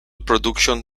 production